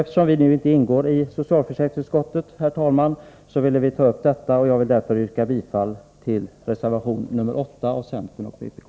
Eftersom vi inte ingår i socialförsäkringsutskottet, herr talman, vill vi ta upp detta i kammaren. Jag yrkar bifall till reservation nr 8 av centern och vpk.